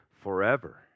forever